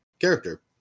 character